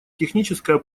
техническая